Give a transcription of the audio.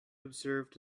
observed